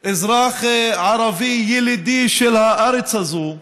אזרח ערבי ילידי של הארץ הזאת,